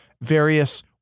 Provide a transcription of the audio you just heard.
various